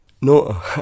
No